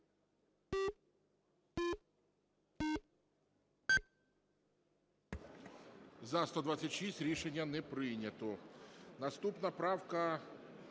За-128 Рішення не прийнято. Наступна правка